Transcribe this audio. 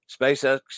SpaceX